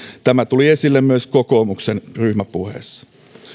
tämä tuli esille myös kokoomuksen ryhmäpuheessa